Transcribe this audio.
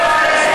להרג,